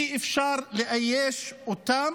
אי-אפשר לאייש אותם